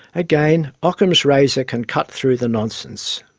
again, ockham's razor can cut through the nonsense.